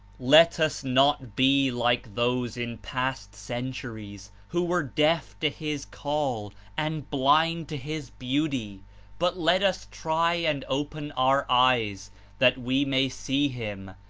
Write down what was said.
let us not be like those in past centuries, who were deaf to his call and blind to his beauty but let us try and open our eyes that we may see him,